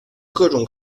各种